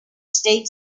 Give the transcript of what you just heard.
state